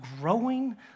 growing